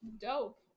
dope